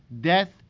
death